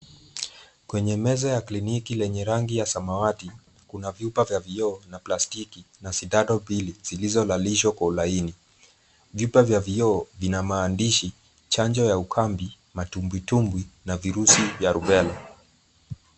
Kwenye meza la kliniki lenye rangi ya samawati kuna vyupa vya vioo na plastiki na sindano mbili zilizolalishwa kwa ulaini. Vyupa vya vioo vina maandishi chanjo ya Ukambi, Matumbwitumbwi na virusi vya Rubella.